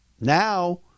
Now